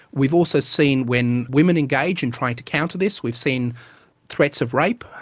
we've also seen when women engage in trying to counter this, we've seen threats of rape.